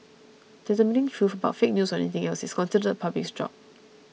determining truth about fake news or anything else is considered the public's job